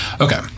Okay